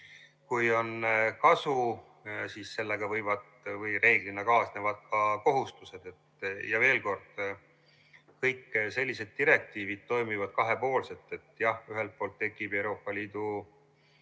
kui on kasu, siis sellega võivad kaasneda või reeglina kaasnevad ka kohustused. Veel kord: kõik sellised direktiivid toimivad kahepoolselt. Jah, ühelt poolt tekib Euroopa Liidu